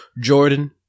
Jordan